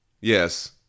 yes